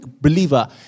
believer